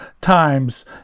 times